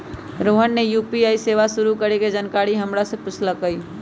रोहन ने यू.पी.आई सेवा शुरू करे के जानकारी हमरा से पूछल कई